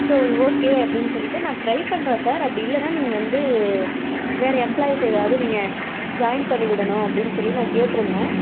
so ஒரு okay அப்படினு சொல்லிட்டு நான் ட்ரை பண்ணுறேன் சார் இல்லைனா நீங்கள் வந்து வேறு எம்ப்ளாயஸ் ஏதாவது நீங்கள் ஜாயின் பண்ணி விடணும் அப்படினு சொல்லி நான் கேட்டிருந்தேன்